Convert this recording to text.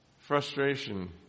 frustration